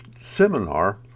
seminar